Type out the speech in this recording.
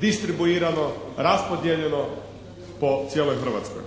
distribuirano, raspodijeljeno po cijeloj Hrvatskoj.